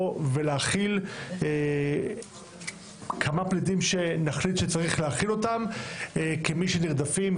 ולהכיל כמה פליטים שנחליט שצריך להכיל אותם כמי שנרדפים,